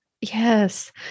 Yes